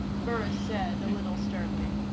burris said, a little sternly.